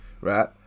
right